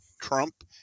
Trump